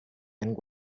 and